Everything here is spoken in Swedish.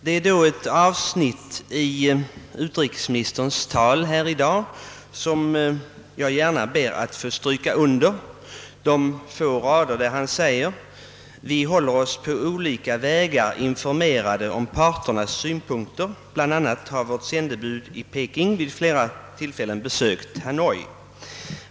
Det är ett avsnitt i utrikesministerns tal i dag som jag gärna vill understryka, nämligen när han säger: » Vi håller oss på olika vägar informerade om parternas synpunkter, bl.a. har vårt sändebud i Peking vid flera tillfällen besökt Hanoi.